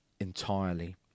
entirely